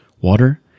water